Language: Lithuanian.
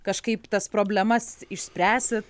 kažkaip tas problemas išspręsit